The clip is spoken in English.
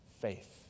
Faith